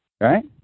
right